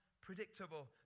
predictable